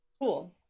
Cool